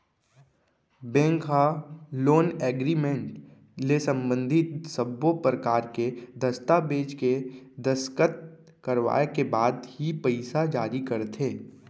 bank ह loan agreement ले संबंधित सब्बो परकार के दस्ताबेज के दस्कत करवाए के बाद ही पइसा जारी करथे